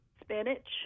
Spinach